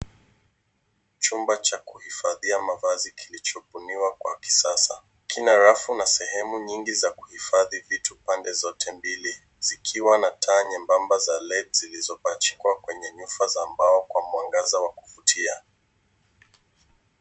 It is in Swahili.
Chumba cha kuhifadhia mavazi kilichobuniwa kwa kisasa kina rafu na sehemu nyingi za kuhifadhi vitu pande zote mbili zikiwa na taa nyembamba za LED zilizopachikwa kwenye nyufa za mbao kwa mwangaza wa kuvutia.